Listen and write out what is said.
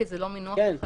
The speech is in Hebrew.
כי זה לא מינוח של חקיקה.